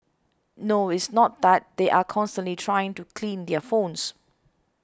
no it's not that they are constantly trying to clean their phones